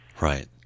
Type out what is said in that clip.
right